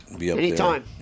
Anytime